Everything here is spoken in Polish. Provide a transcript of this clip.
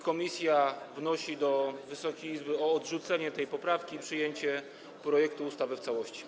Komisja wnosi do Wysokiej Izby o odrzucenie tej poprawki i przyjęcie projektu ustawy w całości.